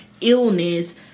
illness